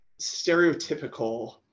stereotypical